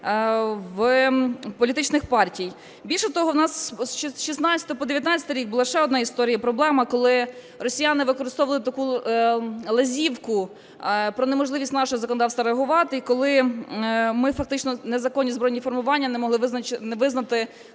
політичних партій. Більше того, в нас з 2016-го по 2019 рік була ще одна історія і проблема, коли росіяни використовували таку лазівку про неможливість нашого законодавства реагувати, і коли ми фактично незаконні збройні формування не могли визнати